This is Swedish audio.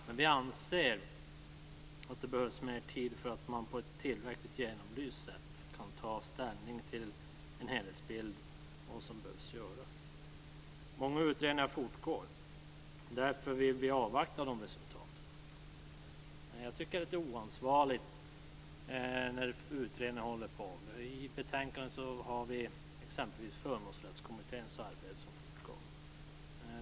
Men vi anser att det behövs mer tid för att man på ett tillräckligt genomlyst sätt skall kunna ställning till en helhetsbild av vad som bör göras. Många utredningar fortgår. Vi vill avvakta resultaten. Jag tycker att det här är oansvarigt när utredningarna håller på. I betänkandet har vi bl.a. Förmånsrättskommitténs arbete som fortgår.